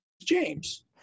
James